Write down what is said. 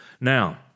Now